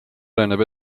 areneb